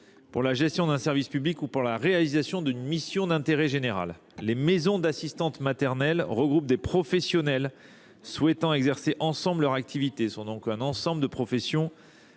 à la gestion d’un service public ou à la réalisation d’une mission d’intérêt général. Les maisons d’assistantes maternelles regroupent des professionnels souhaitant exercer ensemble leur activité. Il s’agit donc d’un ensemble de professions